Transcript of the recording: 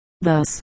Thus